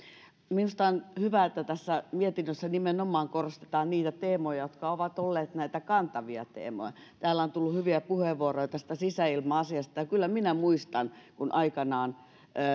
minusta on hyvä että tässä mietinnössä nimenomaan korostetaan niitä teemoja jotka ovat olleet näitä kantavia teemoja täällä on tullut hyviä puheenvuoroja tästä sisäilma asiasta ja kyllä minä muistan kun aikanaan